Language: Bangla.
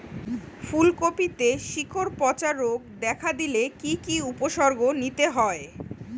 ফুলকপিতে শিকড় পচা রোগ দেখা দিলে কি কি উপসর্গ নিতে হয়?